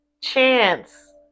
chance